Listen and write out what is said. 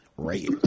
right